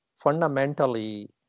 fundamentally